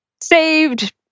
saved